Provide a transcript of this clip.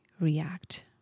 react